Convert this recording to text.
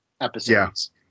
episodes